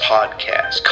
Podcast